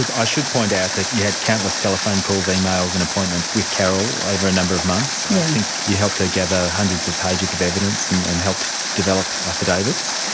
and i should point out that you had countless telephone calls, emails and appointments with carol over a number of months. i think you helped her gather hundreds of pages of evidence and and helped develop affidavits,